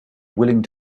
willing